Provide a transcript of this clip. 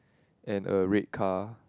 and a red car